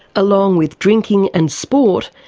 along with drinking and sport,